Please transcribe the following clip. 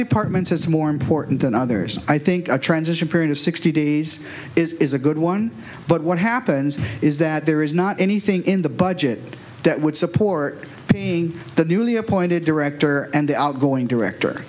departments is more important than others i think a transition period of sixty days is a good one but what happens is that there is not anything in the budget that would support being the newly appointed director and the outgoing director